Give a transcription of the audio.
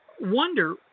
Wonder